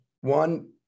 one